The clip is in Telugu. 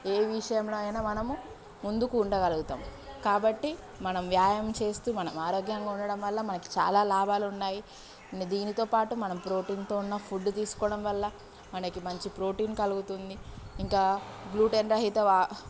ఏ విషయంలో ఆయినా మనము ముందుకు ఉండగలుగుతాం కాబట్టి మనం వ్యాయామం చేస్తూ మనం ఆరోగ్యంగా ఉండడం వల్ల మనకు చాలా లాభాలు ఉన్నాయి దీనితో పాటు మనం ప్రోటీన్తో ఉన్న ఫుడ్ తీసుకోవడం వల్ల మనకి మంచి ప్రోటీన్ కలుగుతుంది ఇంకా బ్లూటన్ రహిత వ